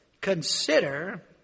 Consider